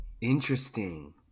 Interesting